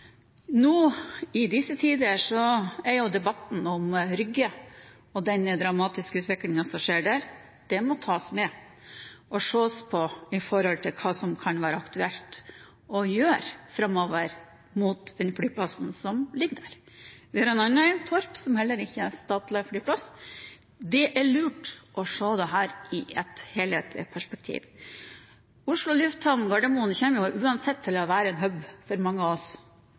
Nå i disse tider går debatten om Rygge og den dramatiske utviklingen der. Det må tas med og sees på med tanke på hva som kan være aktuelt å gjøre framover, med den flyplassen som ligger der. En annen er Torp, som heller ikke er en statlig flyplass. Det er lurt å se dette i et helhetlig perspektiv. Oslo Lufthavn Gardermoen kommer uansett til å være en «hub» for mange av oss,